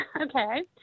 okay